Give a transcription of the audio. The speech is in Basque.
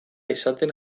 izaten